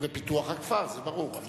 הואיל והצעת חוק הבחירות לכנסת (תיקון,